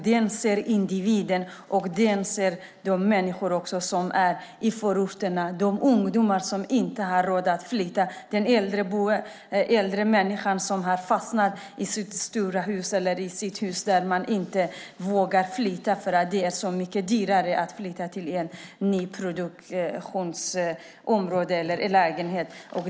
Den ser individen, människorna i förorterna, ungdomarna som inte har råd att flytta och de äldre som inte vågar flytta från sina stora hus för att det är så dyrt att flytta till en nyproducerad lägenhet.